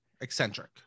eccentric